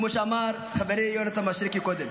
כמו שאמר חברי יונתן מישרקי קודם.